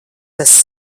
tas